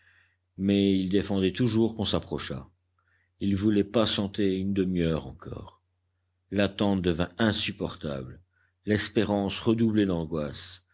mais il défendait toujours qu'on s'approchât il voulait patienter une demi-heure encore l'attente devint insupportable l'espérance redoublait l'angoisse